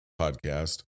podcast